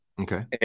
Okay